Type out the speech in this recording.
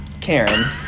Karen